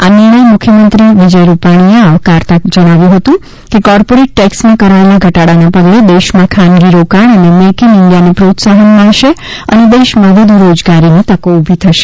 આ નિર્ણય મુખ્યમંત્રી વિજય રૂપાણીએ આવકારતા જણાવ્યું હતું કે કોર્પોરેટર ટેક્સમાં કરાયેલ ઘટાડાના પગલે દેશમાં ખાનગી રોકાણ અને મેક ઇન ઇન્ડિયાને પ્રોત્સાહન મળશે અને દેશમાં વધુ રોજગારીની તકો ઊભી થશે